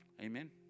Amen